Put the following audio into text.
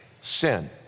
sin